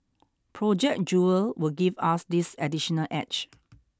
Project Jewel will give us this additional edge